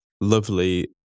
lovely